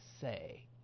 say